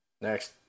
Next